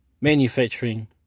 manufacturing